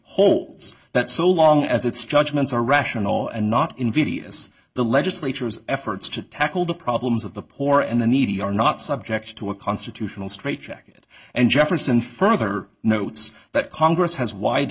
case holds that so long as its judgments are rational and not invidious the legislature's efforts to tackle the problems of the poor and the needy are not subject to a constitutional straitjacket and jefferson further notes that congress has wide